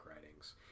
writings